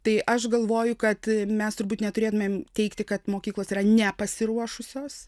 tai aš galvoju kad mes turbūt neturėtumėm teigti kad mokyklos yra nepasiruošusios